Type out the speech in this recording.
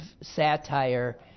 satire